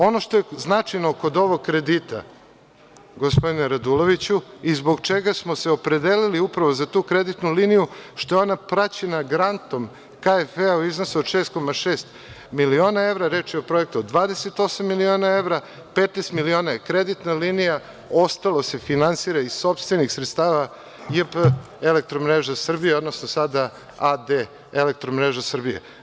Ono što je značajno kod ovog kredita, gospodine Raduloviću, i zbog čega smo se opredelili upravo za tu kreditnu liniju, što je ona praćena grantom KfW-a u iznosu od 6,6 miliona evra, reč je o projektu od 28 miliona evra, 15 miliona je kreditna linija, ostalo se finansira iz sopstvenih sredstava JP „Elektromreža Srbije“, odnosno sada A.D. „Elektromreža Srbije“